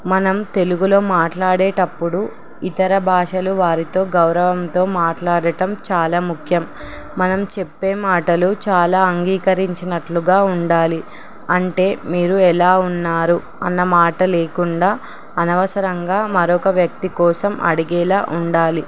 మనం తెలుగులో మాట్లాడేటప్పుడు ఇతర భాషలు వారితో గౌరవంతో మాట్లాడటం చాలా ముఖ్యం మనం చెప్పే మాటలు చాలా అంగీకరించినట్లుగా ఉండాలి అంటే మీరు ఎలా ఉన్నారు అన్న మాట లేకుండా అనవసరంగా మరొక వ్యక్తి కోసం అడిగేలా ఉండాలి